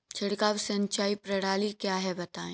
छिड़काव सिंचाई प्रणाली क्या है बताएँ?